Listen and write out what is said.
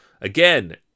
Again